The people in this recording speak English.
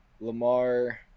Lamar